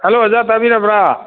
hello ꯑꯣꯖꯥ ꯇꯥꯕꯤꯔꯕ꯭ꯔ